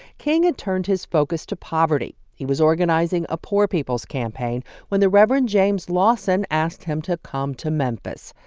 king had turned his focus to poverty. he was organizing a poor people's campaign when the reverend james lawson asked him to come to memphis.